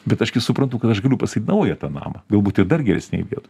bet aš gi suprantu kad aš galiu pastatyt naują tą namą galbūt ir dar geresnėj vietoj